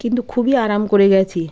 কিন্তু খুবই আরাম করে গেছি